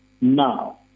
now